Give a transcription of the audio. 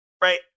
right